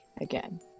again